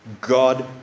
God